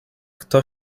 kto